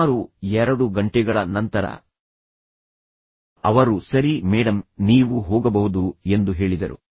ಸುಮಾರು ಎರಡು ಗಂಟೆಗಳ ನಂತರ ಅವರು ಸರಿ ಮೇಡಮ್ ನೀವು ಹೋಗಬಹುದು ಎಂದು ಹೇಳಿದರು